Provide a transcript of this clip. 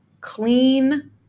clean